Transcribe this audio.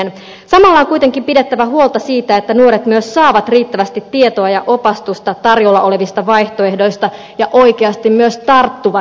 samalla on kuitenkin pidettävä huolta siitä että nuoret myös saavat riittävästi tietoa ja opastusta tarjolla olevista vaihtoehdoista ja oikeasti myös tarttuvat niihin